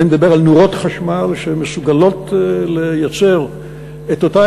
אני מדבר על נורות חשמל שמסוגלות לייצר את אותה